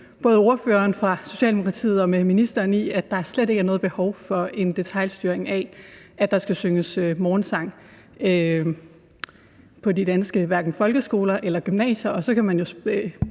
både ordføreren for Socialdemokratiet og ministeren i, at der slet ikke er noget behov for en detailstyring af, at der skal synges morgensang på de danske folkeskoler og gymnasier. Så kunne man